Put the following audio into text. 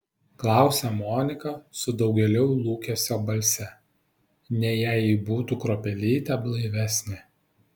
klausia monika su daugėliau lūkesio balse nei jei ji būtų kruopelytę blaivesnė